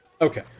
Okay